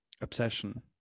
obsession